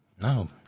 No